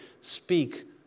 speak